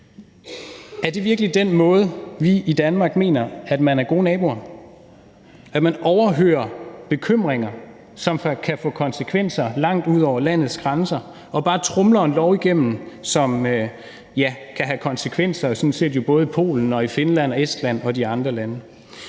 Er det virkelig den måde, vi i Danmark mener at man er gode naboer på: at man overhører bekymringer, som kan få konsekvenser langt ud over landets grænser, og bare tromler en lov igennem, som kan have konsekvenser, sådan set både i Polen og i Finland og i Estland og andre lande?